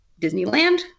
Disneyland